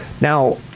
Now